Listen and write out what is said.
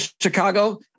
Chicago